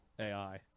AI